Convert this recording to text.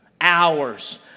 Hours